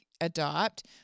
adopt